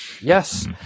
Yes